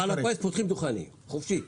אבל מפעל הפיס פותחים דוכנים חופשי.